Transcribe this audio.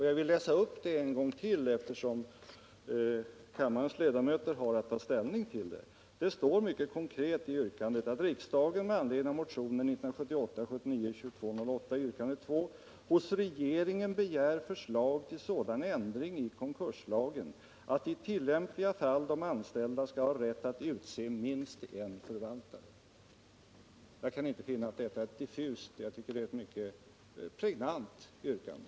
Jag läser upp det en gång till, eftersom kammarens ledamöter har att ta ställning till det. Det står mycket konkret i yrkandet ”att riksdagen med anledning av motionen 1978/79:2208, yrkandet 2, hos regeringen begär förslag till sådan ändring i konkurslagen att i tillämpliga fall de anställda skall ha rätt att utse minst en förvaltare”. Jag kan inte finna att detta är diffust — jag tycker att det är ett mycket pregnant yrkande.